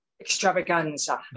extravaganza